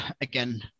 again